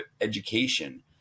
education